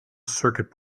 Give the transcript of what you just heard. circuit